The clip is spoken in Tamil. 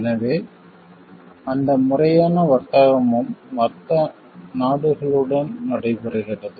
எனவே அந்த முறையான வர்த்தகமும் மற்ற நாடுகளுடன் நடைபெறுகிறது